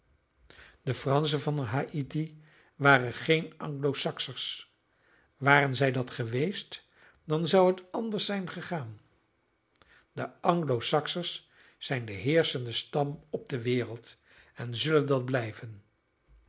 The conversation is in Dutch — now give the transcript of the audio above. de franschen van haïti waren geene anglo saksers waren zij dat geweest dan zou het anders zijn gegaan de anglo saksers zijn de heerschende stam op de wereld en zullen dat blijven